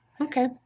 Okay